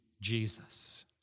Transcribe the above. Jesus